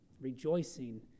rejoicing